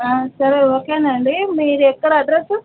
ఆ సరే ఓకేనండి మీరు ఎక్కడ అడ్రస్సు